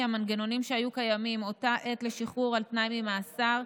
המנגנונים שהיו קיימים אותה עת לשחרור על תנאי ממאסר,